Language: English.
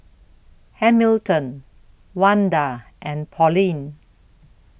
Hamilton Wanda and Pauline